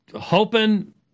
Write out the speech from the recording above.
hoping